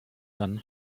dann